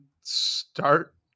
start